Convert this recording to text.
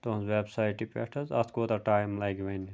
تُہٕنٛز وٮ۪ب سایٹہِ پٮ۪ٹھ حظ اَتھ کوتاہ ٹایِم لَگہِ وَنہِ